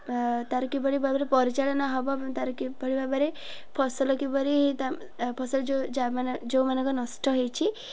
ତାର କିଭଳି ଭାବରେ ପରିଚାଳନା ହେବ ତାର କିଭଳି ଭାବରେ ଫସଲ କିପରି ଫସଲ ଯେଉଁ ଯା ଯେଉଁମାନଙ୍କ ନଷ୍ଟ ହେଇଛି